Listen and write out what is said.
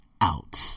out